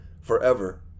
forever